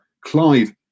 Clive